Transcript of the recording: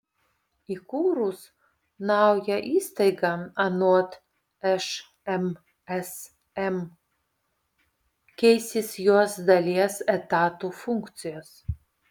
įkūrus naują įstaigą anot šmsm keisis jos dalies etatų funkcijos